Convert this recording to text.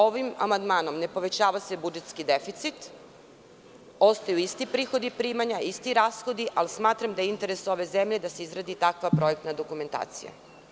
Ovim amandmanom ne povećava se budžetski deficit, ostaju isti prihodi i primanja, isti rashodi, ali smatram da je interes ove zemlje da se izradi takva projektna dokumentacija.